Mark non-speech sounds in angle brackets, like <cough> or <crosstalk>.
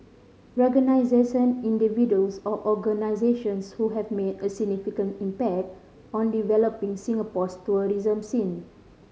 <unintelligible> individuals or organisations who have made a significant impact on developing Singapore's tourism scene